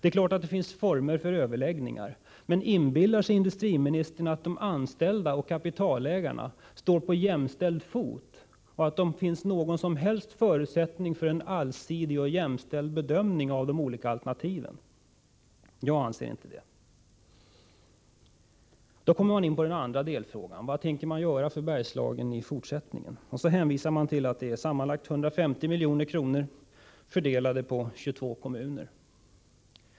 Det är klart att det finns olika former för överläggningar, men inbillar sig industriministern att de anställda och kapitalägarna står på jämställd fot och att det finns någon som helst förutsättning för en allsidig och jämställd bedömning av de olika alternativen? Jag anser inte det. I svaret på den andra delfrågan om vad man tänker göra för Bergslagen i fortsättningen hänvisar industriministern till att det var sammanlagt 150 milj.kr. som fördelades på 22 kommuner.